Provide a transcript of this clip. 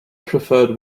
preferred